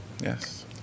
Yes